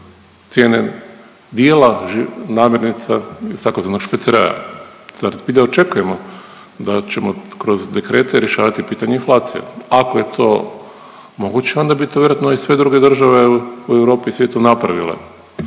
cijene dijela namirnica tzv. špeceraja. Zar zbilja očekujemo da ćemo kroz dekrete rješavati i pitanje inflacije? Ako je to moguće, onda bi to vjerojatno i sve druge države u Europi i svijetu napravile.